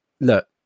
look